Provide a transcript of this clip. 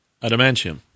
Adamantium